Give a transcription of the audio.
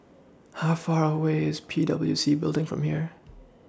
How Far away IS P W C Building from here